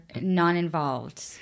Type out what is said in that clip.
non-involved